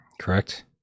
correct